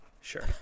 Sure